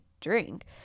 drink